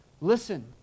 listen